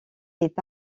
est